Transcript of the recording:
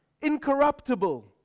incorruptible